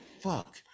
fuck